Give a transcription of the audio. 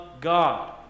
God